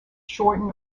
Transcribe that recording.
shorten